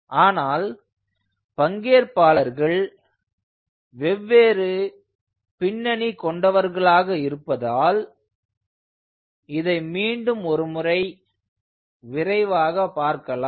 ஆனால் பங்கேற்பாளர்கள் வெவ்வேறு பின்னணி கொண்டவர்களாக இருப்பதால் இதை மீண்டும் ஒரு முறை விரைவாக பார்க்கலாம்